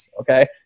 okay